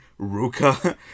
Ruka